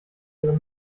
ihre